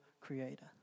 creator